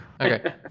Okay